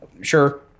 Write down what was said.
Sure